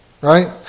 Right